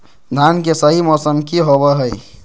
धान के सही मौसम की होवय हैय?